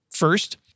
First